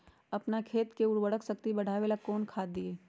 अपन खेत के उर्वरक शक्ति बढावेला कौन खाद दीये?